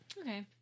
Okay